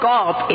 God